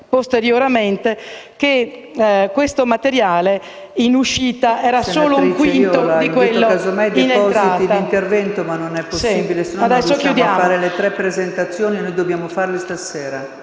posteriormente) che questo materiale in uscita era solo un quinto di quello in entrata.